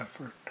effort